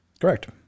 Correct